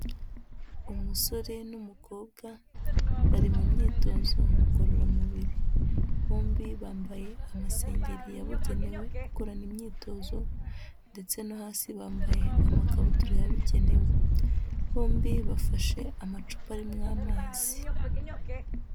Umusore n'umukobwa bari mu myitozo ngororamubiri, bombi bambaye amasengeri yabugenewe gukorana imyitozo ndetse no hasi bambaye amakabutura yabugenewe, bombi bafashe amacupa arimo amazi.